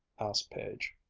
asked page.